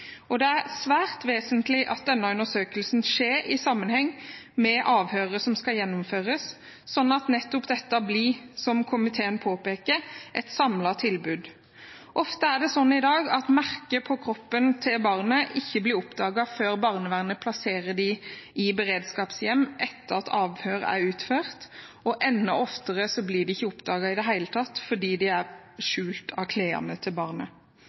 Det er svært vesentlig at denne undersøkelsen skjer i sammenheng med avhøret som skal gjennomføres, sånn at dette nettopp blir et samlet tilbud, som komiteen påpeker. I dag er det ofte sånn at merker på barnas kropp ikke blir oppdaget før barnevernet plasserer dem i beredskapshjem etter at avhøret er utført, og enda oftere blir de ikke oppdaget i det hele tatt fordi de er skjult av